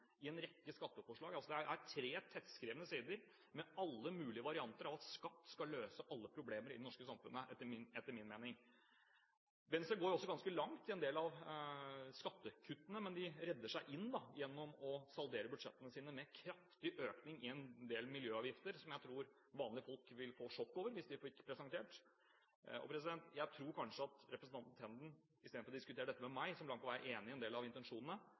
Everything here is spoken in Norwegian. i en rekke skatteforslag. Det er tre tettskrevne sider med alle mulige varianter av at skatt skal løse alle problemer i det norske samfunnet, etter min mening. Venstre går også ganske langt i en del av skattekuttene, men de redder seg inn gjennom å saldere budsjettene sine med kraftig økning i en del miljøavgifter, som jeg tror vanlige folk vil få sjokk over hvis de får dem presentert. Jeg tror kanskje at representanten Tenden istedenfor å diskutere dette med meg, som langt på vei er enig i en del av intensjonene,